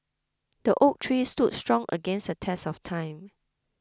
the oak tree stood strong against the test of time